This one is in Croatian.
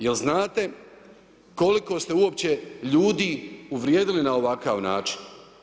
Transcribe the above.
Jel znate koliko ste uopće ljudi uvrijedili na ovakav način?